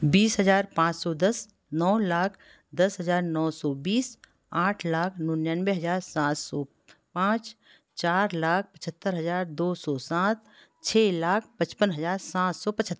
बीस हज़ार पाँच सौ दस नौ लाख दस हज़ार नौ सौ बीस आठ लाख निन्यानवे हज़ार सात सौ पाँच चार लाख पचहत्तर हज़ार दो सौ सात छः लाख पचपन हज़ार सात सौ पचहतर